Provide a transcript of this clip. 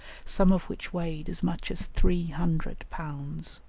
some of which weighed as much as three hundred pounds.